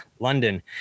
London